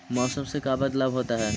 मौसम से का बदलाव होता है?